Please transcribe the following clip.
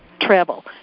travel